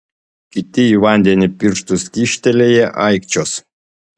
kiti į vandenį pirštus kyštelėję aikčios